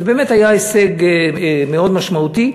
זה באמת היה הישג מאוד משמעותי.